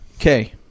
Okay